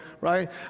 Right